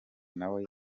nawe